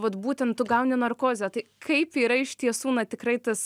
vat būtent tu gauni narkozę tai kaip yra iš tiesų na tikrai tas